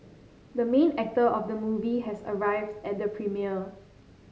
the main actor of the movie has arrived at the premiere